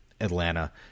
atlanta